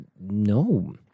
No